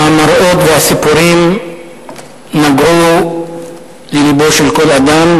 המראות והסיפורים נגעו ללבו של כל אדם,